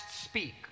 speak